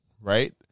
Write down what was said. Right